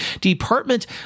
Department